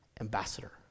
ambassador